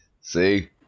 See